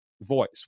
voice